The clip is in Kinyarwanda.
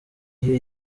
iyo